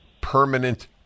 permanent